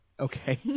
Okay